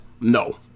no